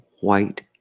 white